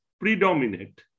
predominate